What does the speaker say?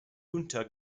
junta